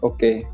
Okay